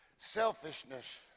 Selfishness